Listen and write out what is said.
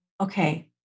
okay